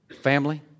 Family